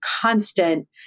constant